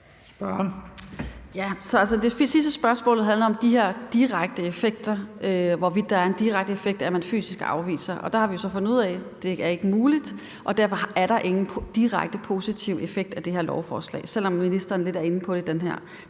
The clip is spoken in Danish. Det sidste spørgsmål handler om de her direkte effekter, altså hvorvidt der er en direkte effekt af, at man fysisk afviser noget. Der har vi så fundet ud af, at det ikke er muligt, og derfor er der ingen direkte positiv effekt af det her lovforslag, selv om ministeren lidt er inde på det